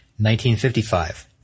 1955